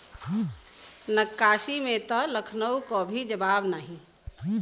नक्काशी में त लखनऊ क भी जवाब नाही